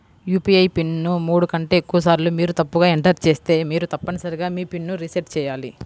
UPI PIN ను మూడు కంటే ఎక్కువసార్లు మీరు తప్పుగా ఎంటర్ చేస్తే మీరు తప్పనిసరిగా మీ పిన్ ను రీసెట్ చేయాలి